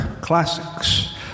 classics